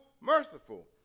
merciful